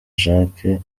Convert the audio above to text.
jacques